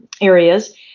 areas